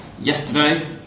yesterday